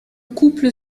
couple